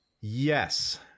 yes